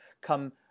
come